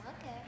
Okay